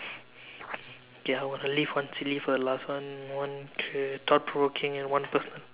okay I want to leave one silly for the last one one is thought provoking and one personal